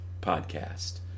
podcast